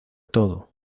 todo